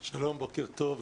שלום, בוקר טוב.